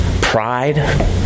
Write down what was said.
pride